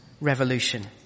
revolution